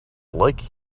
like